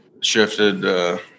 shifted